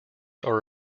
are